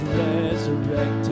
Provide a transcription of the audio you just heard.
resurrected